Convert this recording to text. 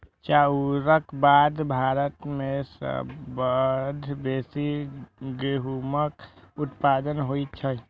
चाउरक बाद भारत मे सबसं बेसी गहूमक उत्पादन होइ छै